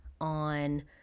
on